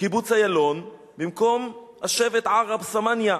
קיבוץ אילון במקום השבט ערב-סמניה,